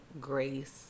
grace